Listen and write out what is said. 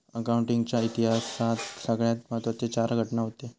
accounting च्या इतिहासात सगळ्यात महत्त्वाचे चार घटना हूते